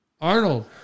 Arnold